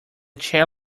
chair